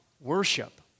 worship